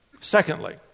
Secondly